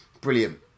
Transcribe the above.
brilliant